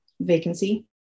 vacancy